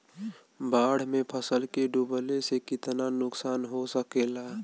बाढ़ मे फसल के डुबले से कितना नुकसान हो सकेला?